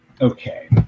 Okay